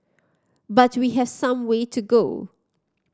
but we have some way to go